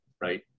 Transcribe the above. right